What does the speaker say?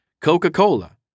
Coca-Cola